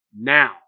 Now